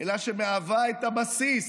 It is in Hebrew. אלא שמהווה את הבסיס,